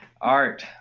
Art